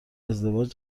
ازدواج